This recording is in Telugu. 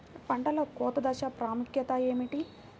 పంటలో కోత దశ ప్రాముఖ్యత ఏమిటి?